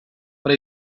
but